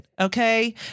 Okay